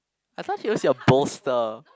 I thought you use your boaster